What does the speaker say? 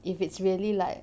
if it's really like